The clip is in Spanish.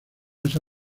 asa